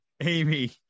Amy